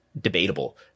debatable